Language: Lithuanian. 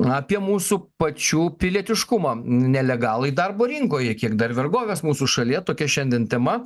apie mūsų pačių pilietiškumą nelegalai darbo rinkoje kiek dar vergovės mūsų šalyje tokia šiandien tema